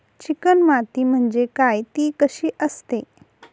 Chicken माती म्हणजे काय? ति कशी असते?